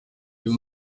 uyu